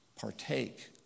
partake